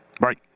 Right